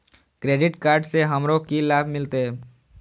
Credit card से हमरो की लाभ मिलते?